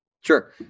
Sure